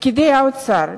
פקידי האוצר.